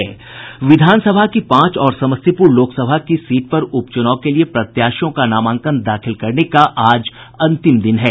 विधानसभा की पांच और समस्तीपुर लोकसभा की सीट पर उपचुनाव के लिए प्रत्याशियों का नामांकन दाखिल करने का आज अंतिम दिन है